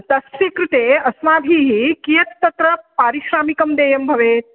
तस्य कृते अस्माभिः कियत् तत्र पारिश्रामिकं देयं भवेत्